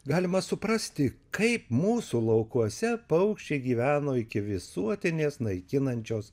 galima suprasti kaip mūsų laukuose paukščiai gyveno iki visuotinės naikinančios